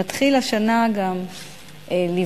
נתחיל השנה גם לבדוק